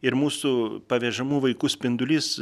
ir mūsų pavežamų vaikų spindulys